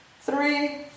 three